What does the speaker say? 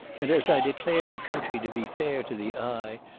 and as i declare the country to be fair to the eye,